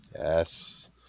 Yes